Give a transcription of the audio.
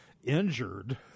injured